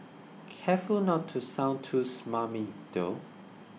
careful not to sound too smarmy though